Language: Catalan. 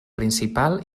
principal